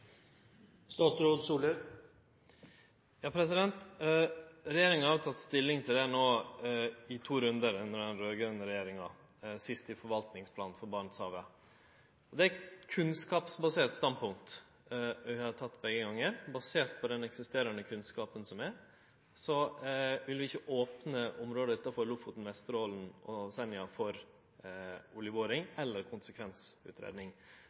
regjeringa har vi teke stilling til dette no i to rundar, sist i forvaltningsplanen for Barentshavet. Det er eit kunnskapsbasert standpunkt vi har teke begge gonger, basert på den kunnskapen som finst. Vi vil ikkje opne området utanfor Lofoten, Vesterålen og Senja for oljeboring